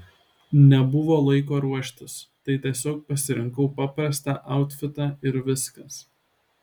nebuvo laiko ruoštis tai tiesiog pasirinkau paprastą autfitą ir viskas